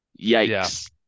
Yikes